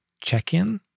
check-in